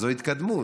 זו התקדמות.